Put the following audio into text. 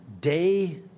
day